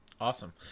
Awesome